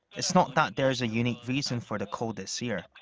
it's not that there's a unique reason for the cold this year.